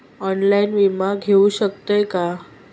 Online विमा घेऊ शकतय का?